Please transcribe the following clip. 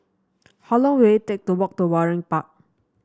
how long will it take to walk to Waringin Park